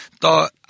thought